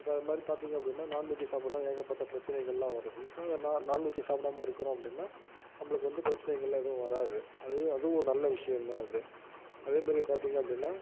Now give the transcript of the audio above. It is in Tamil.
இப்போ அது மாதிரி பார்த்திங்க அப்படினா நான் வெஜ்ஜி சாப்பிட்றனால ஏகப்பட்ட பிரச்சினைகள்லாம் வருது இப்போ நா நான் வெஜ்ஜி சாப்பிடாம இருக்கிறோம் அப்படினா நம்மளுக்கு வந்து பிரச்சினைகள்லாம் எதுவும் வராது அதுவே அதுவும் ஒரு நல்ல விஷயம் தான் அது அதேமாரி பார்த்திங்க அப்படினா